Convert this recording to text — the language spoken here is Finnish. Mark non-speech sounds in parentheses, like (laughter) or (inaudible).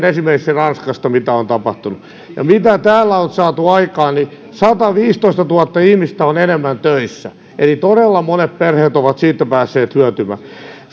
(unintelligible) esimerkiksi ranskasta mitä on tapahtunut mitä täällä on saatu aikaan sataviisitoistatuhatta ihmistä enemmän on töissä eli todella monet perheet ovat siitä päässeet hyötymään